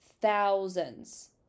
thousands